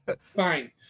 fine